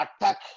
attack